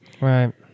Right